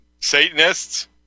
Satanists